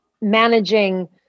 managing